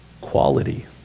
quality